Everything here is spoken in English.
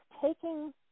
taking